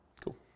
Cool